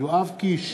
יואב קיש,